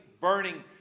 burning